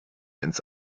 ins